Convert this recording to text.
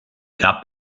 der